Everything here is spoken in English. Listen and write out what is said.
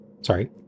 Sorry